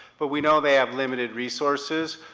but we know they have limited resources.